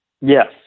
Yes